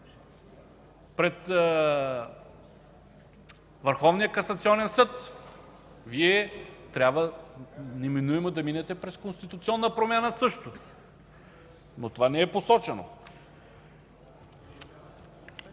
пред Върховния касационен съд, Вие също трябва неминуемо да минете през конституционна промяна, но това не е посочено.